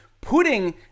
putting